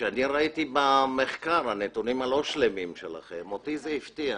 ראיתי במחקר את הנתונים הלא שלמים שלכם ואותי זה הפתיע,